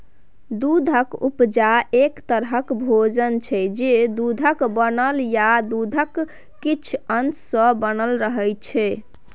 दुधक उपजा एक तरहक भोजन छै जे दुधक बनल या दुधक किछ अश सँ बनल रहय छै